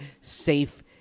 safe